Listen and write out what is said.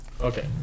Okay